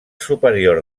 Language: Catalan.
superior